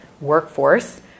workforce